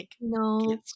no